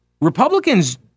Republicans